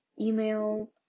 email